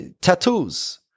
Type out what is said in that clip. Tattoos